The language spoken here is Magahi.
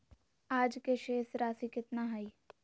आज के शेष राशि केतना हइ?